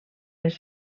les